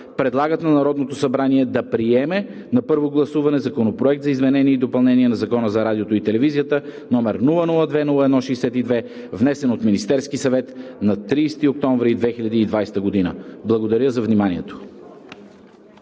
предлагат на Народното събрание да приеме на първо гласуване Законопроект за изменение и допълнение на Закона за радиото и телевизия, № 002-01-62, внесен от Министерския съвет на 30 октомври 2020 г.“ Благодаря за вниманието.